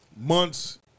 months